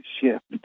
shift